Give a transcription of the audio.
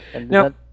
No